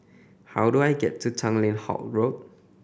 how do I get to Tanglin Halt Road